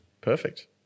perfect